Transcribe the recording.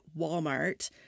Walmart